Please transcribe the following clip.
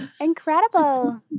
Incredible